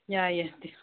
ꯌꯥꯏꯌꯦ